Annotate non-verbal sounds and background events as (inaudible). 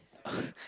(breath)